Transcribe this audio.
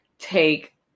take